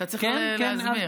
אתה צריך להסביר.